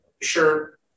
Sure